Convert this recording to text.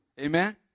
Amen